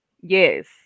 yes